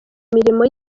imirimo